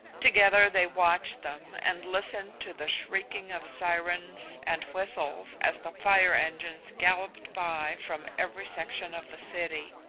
together they watched them and listened to the shrieking of sirens and whistles as the fire engines galloped by from every section of the city.